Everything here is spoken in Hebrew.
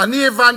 אני הבנתי,